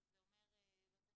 שזה אומר בתי